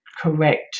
correct